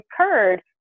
occurred